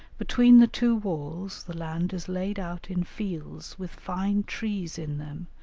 between the two walls the land is laid out in fields with fine trees in them,